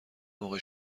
موقع